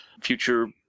future